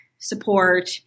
support